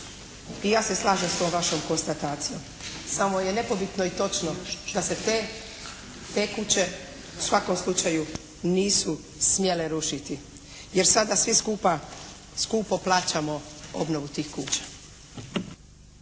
I ja se slažem sa tom vašom konstatacijom. Samo je nepobitno i točno da se te kuće u svakom slučaju nisu smjele rušiti, jer sada svi skupa skupo plaćamo obnovu tih kuća.